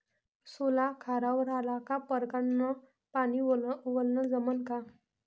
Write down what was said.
सोला खारावर आला का परकारं न पानी वलनं जमन का?